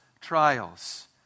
trials